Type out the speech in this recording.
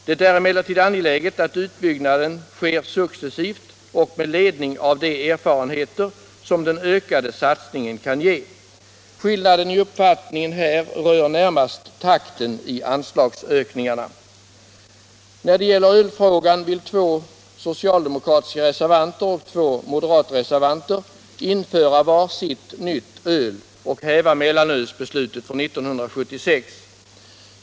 Det är emellertid angeläget att utbyggnaden sker successivt och med ledning av de erfarenheter som den ökade satsningen kan ge.” Skillnaden i uppfattning här rör närmast takten i anslagsökningarna. När det gäller ölfrågan vill två socialdemokratiska reservanter och två moderata reservanter införa var sitt nytt öl och häva mellanölsbeslutet från 1976.